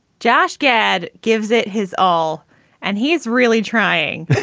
josh gad gives it his all and he's really trying.